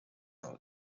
rod